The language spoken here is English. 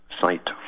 Site